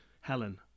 Helen